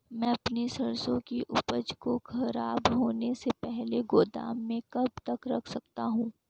मैं अपनी सरसों की उपज को खराब होने से पहले गोदाम में कब तक रख सकता हूँ?